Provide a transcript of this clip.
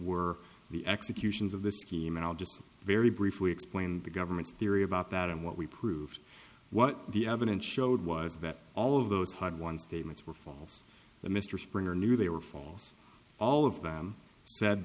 were the executions of the scheme and i'll just very briefly explain the government's theory about that and what we proved what the evidence showed was that all of those hard won statements were false and mr springer knew they were false all of them